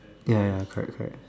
ya ya correct correct